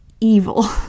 evil